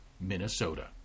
Minnesota